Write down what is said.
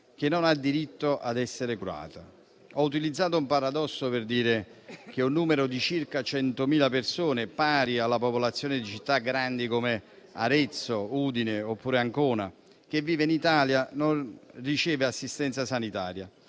che non ha diritto ad essere curata. Ho utilizzato un paradosso per dire che un numero di circa 100.000 persone, pari alla popolazione di città grandi come Arezzo, Udine oppure Ancona, che vive in Italia, non riceve assistenza sanitaria.